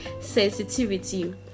sensitivity